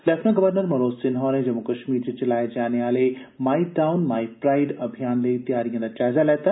lieutenant governor Manoj Sinha होरें जम्मू कश्मीर च चलाए जाने आहले माई टाऊन माई प्राईड अभियान लेई तैयारिएं दा जायजा लैता